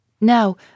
Now